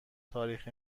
تاریخ